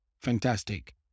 Fantastic